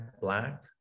black